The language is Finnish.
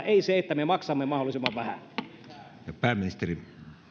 ei se että me maksamme mahdollisimman vähän